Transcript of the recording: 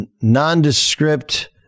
nondescript